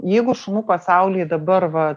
jeigu šunų pasauly dabar va